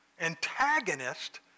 antagonist